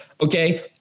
okay